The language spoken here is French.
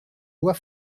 loi